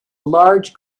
large